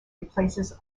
replaces